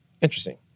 Interesting